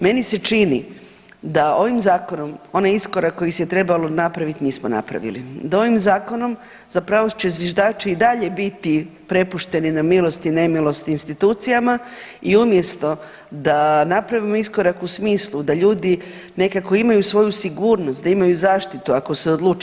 Meni se čini da ovim zakonom onaj iskorak koji se trebalo napraviti nismo napravili, da ovim zakonom zapravo će zviždači i dalje biti prepušteni na milost i nemilost institucijama i umjesto da napravimo iskorak u smislu da ljudi nekako imaju svoju sigurnost, da imaju zaštitu ako se odluče.